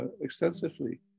extensively